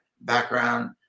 background